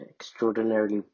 extraordinarily